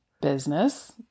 Business